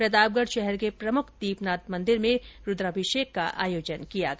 प्रतापगढ शहर के प्रमुख दीपनाथ मंदिर में रूद्राभिषेक का आयोजन किया गया